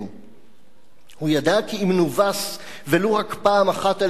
הוא ידע כי "אם נובס ולו רק פעם אחת על-ידי צבאות ערב,